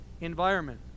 environment